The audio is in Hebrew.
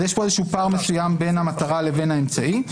יש פה פער מסוים בין המטרה לבין האמצעי,